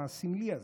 הסמלי הזה.